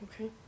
Okay